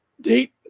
date